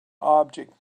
object